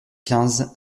quinze